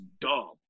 dumb